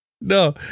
No